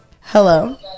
Hello